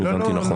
אם הבנתי נכון.